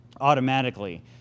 automatically